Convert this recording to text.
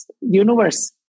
universe